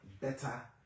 better